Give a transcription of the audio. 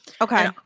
Okay